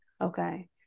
okay